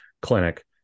clinic